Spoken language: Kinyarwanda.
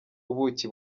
ubuki